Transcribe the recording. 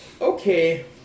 okay